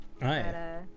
right